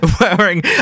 Wearing